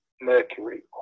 mercury